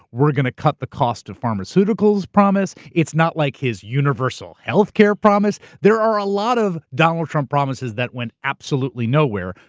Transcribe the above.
we're going to cut the cost of pharmaceuticals promise. it's not like his, universal healthcare promise. there are a lot of donald trump promises that went absolutely nowhere,